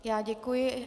Já děkuji.